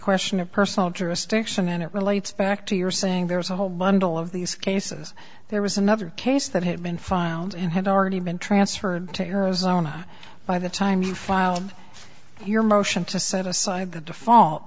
question of personal interesting question and it relates back to your saying there's a whole bundle of these cases there was another case that had been found and had already been transferred to her zona by the time you file your motion to set aside the default